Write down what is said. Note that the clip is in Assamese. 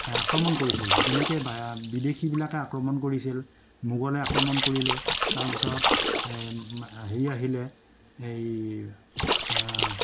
আক্ৰমণ কৰিছিলে যেনেকে বিদেশীবিলাকে আক্ৰমণ কৰিছিল মোগলে আক্ৰমণ কৰিলে তাৰপিছত হেৰি আহিলে এই